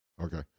Okay